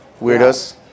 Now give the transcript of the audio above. weirdos